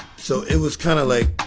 so, it was kinda like,